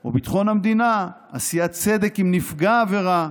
או ביטחון המדינה ועשיית צדק עם נפגע העבירה.